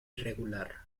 irregular